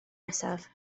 nesaf